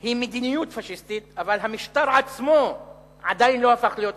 היא מדיניות פאשיסטית אבל המשטר עצמו עדיין לא הפך להיות פאשיסטי,